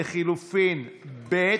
ולחלופין ב'